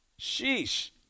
Sheesh